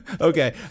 Okay